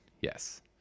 Yes